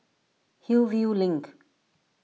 Hillview Link